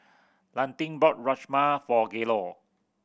Landin bought Rajma for Gaylord